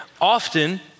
often